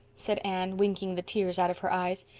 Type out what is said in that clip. said anne, winking the tears out of her eyes.